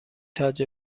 تاج